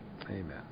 Amen